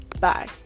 Bye